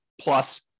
plus